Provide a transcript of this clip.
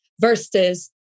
versus